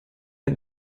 der